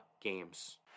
games